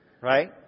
right